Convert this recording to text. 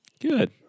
good